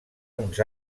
uns